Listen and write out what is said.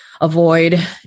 avoid